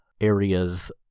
areas